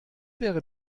wäre